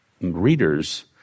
readers